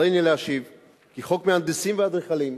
הריני להשיב כי חוק המהנדסים והאדריכלים,